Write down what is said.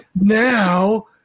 Now